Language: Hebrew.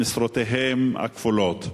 במשרותיהם הכפולות.